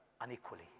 unequally